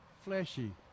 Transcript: fleshy